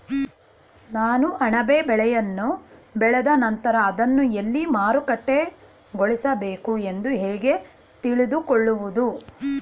ನಾನು ಅಣಬೆ ಬೆಳೆಯನ್ನು ಬೆಳೆದ ನಂತರ ಅದನ್ನು ಎಲ್ಲಿ ಮಾರುಕಟ್ಟೆಗೊಳಿಸಬೇಕು ಎಂದು ಹೇಗೆ ತಿಳಿದುಕೊಳ್ಳುವುದು?